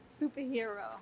superhero